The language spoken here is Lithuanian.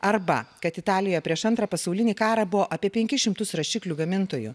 arba kad italijoje prieš antrą pasaulinį karą buvo apie penkis šimtus rašiklių gamintojų